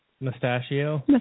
mustachio